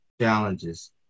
challenges